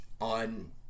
on